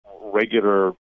regular